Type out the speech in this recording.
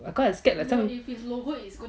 cause I scared like